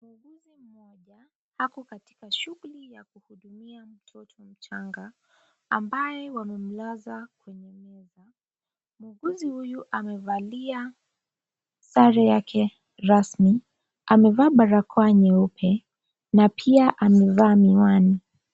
Muuguzi mmoja ako katika shughuli ya kuhudumia mtoto mchanga ambaye wamemlaza kwenye meza, muuguzi huyu amevalia sare yake rasmi, amevaa barakoa nyeupe na pia amevaa miwani.